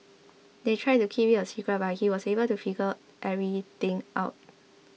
they tried to keep it a secret but he was able to figure everything out